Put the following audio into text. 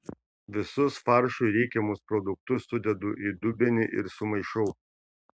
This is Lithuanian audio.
visus faršui reikiamus produktus sudedu į dubenį ir sumaišau